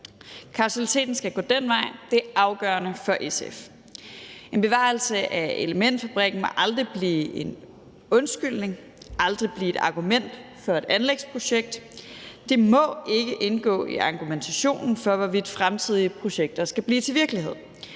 Kausaliteten skal gå den vej, det er afgørende for SF. En bevarelse af elementfabrikken må aldrig blive en undskyldning, aldrig blive et argument for et anlægsprojekt. Det må ikke indgå i argumentationen for, hvorvidt fremtidige projekter skal blive til virkelighed.